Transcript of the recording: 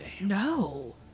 No